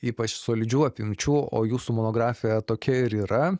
ypač solidžių apimčių o jūsų monografija tokia ir yra